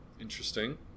Interesting